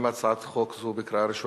גם הצעת חוק זו היא לקריאה ראשונה,